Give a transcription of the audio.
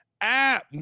app